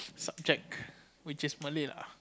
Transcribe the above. subject which is Malay lah